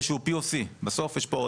איזשהו POC. בסוף יש פה,